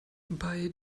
bei